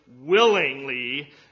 willingly